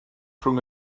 rhwng